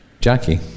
Jackie